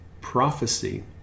prophecy